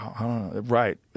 Right